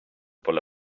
pole